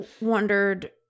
wondered